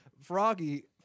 Froggy